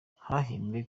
hahembwe